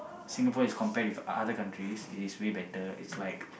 Singapore is compared with other countries it is way better it's like